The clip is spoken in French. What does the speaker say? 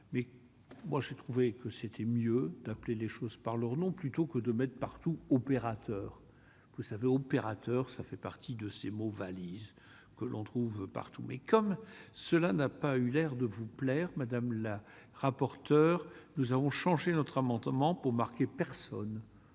mais moi j'ai trouvé que c'était mieux d'appeler les choses par leur nom, plutôt que de maître par opérateur, vous savez, opérateur ça fait partie de ces mots-valises que l'on trouve partout, mais comme cela n'a pas eu l'air de vous plaire, madame la rapporteure, nous avons changé notre amendement pour marquer personne